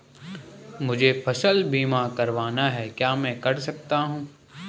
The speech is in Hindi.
मुझे फसल बीमा करवाना है क्या मैं कर सकता हूँ?